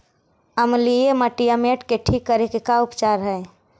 अमलिय मटियामेट के ठिक करे के का उपचार है?